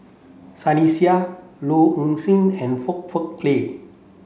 Sunny Sia Low Ing Sing and Foong Fook Kay